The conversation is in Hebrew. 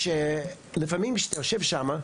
שלפעמים כשאתה יושב שמה,